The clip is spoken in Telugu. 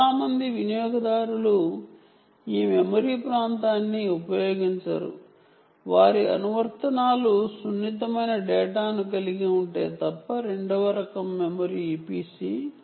చాలా మంది వినియోగదారులు వారి అప్లికేషన్స్ సున్నితమైన డేటాను కలిగి ఉంటే తప్ప ఈ మెమరీ ప్రాంతాన్ని ఉపయోగించరు